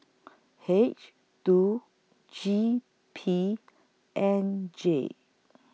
H two G P N J